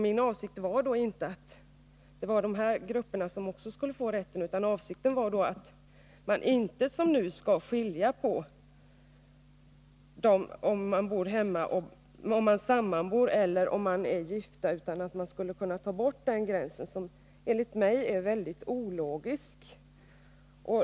Min avsikt var inte att dessa grupper också skulle få den rätt det här är fråga om, utan min avsikt var att man inte som nu skall skilja mellan sammanboende och gifta, att vi skulle kunna få bort den gränsen, som enligt min uppfattning är mycket ologisk.